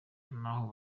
n’aho